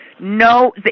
No